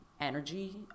energy